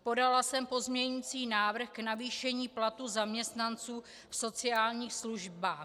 Podala jsem pozměňovací návrh k navýšení platů zaměstnanců sociálních službách.